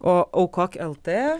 o aukok lt